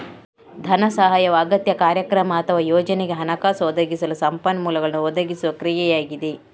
ಧನ ಸಹಾಯವು ಅಗತ್ಯ, ಕಾರ್ಯಕ್ರಮ ಅಥವಾ ಯೋಜನೆಗೆ ಹಣಕಾಸು ಒದಗಿಸಲು ಸಂಪನ್ಮೂಲಗಳನ್ನು ಒದಗಿಸುವ ಕ್ರಿಯೆಯಾಗಿದೆ